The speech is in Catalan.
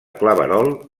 claverol